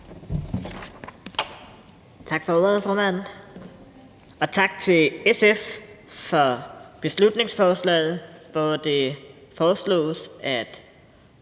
Tak for ordet, formand, og tak til SF for beslutningsforslaget, hvor det foreslås, at